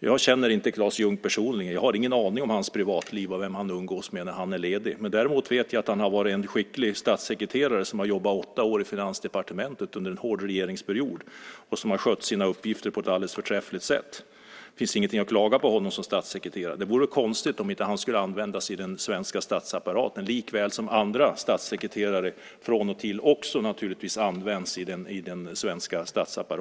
Jag känner inte Claes Ljungh personligen. Jag har ingen aning om hans privatliv och vem han umgås med när han är ledig. Däremot vet jag att han har varit en skicklig statssekreterare som har jobbat i åtta år i Finansdepartementet under en hård regeringsperiod. Han har skött sina uppgifter på ett alldeles förträffligt sätt. Det finns ingenting att klaga på hos honom som statssekreterare. Det vore konstigt om inte han skulle användas i den svenska statsapparaten, likväl som andra statssekreterare från och till också används där.